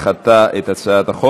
הרחבת הזכאות להליכי נשיאת עוברים והרחבת